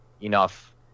enough